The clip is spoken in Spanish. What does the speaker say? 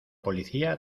policía